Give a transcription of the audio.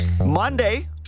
Monday